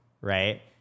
right